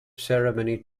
ceremony